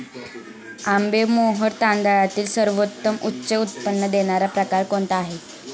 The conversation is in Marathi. आंबेमोहोर तांदळातील सर्वोत्तम उच्च उत्पन्न देणारा प्रकार कोणता आहे?